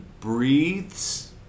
breathes